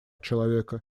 человека